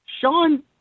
Sean